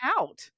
out